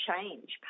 change